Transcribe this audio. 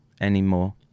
anymore